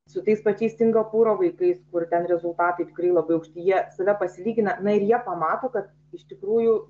su tais pačiais singapūro vaikais kur ten rezultatai tikrai labai aukšti jie save pasilygina na ir jie pamato kad iš tikrųjų